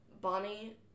Bonnie